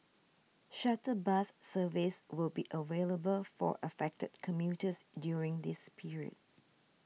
shuttle bus service will be available for affected commuters during this period